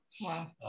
Wow